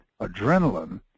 adrenaline